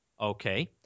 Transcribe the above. Okay